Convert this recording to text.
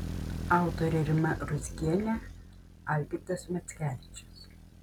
autoriai rima ruzgienė algirdas mackevičius